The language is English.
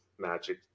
Magic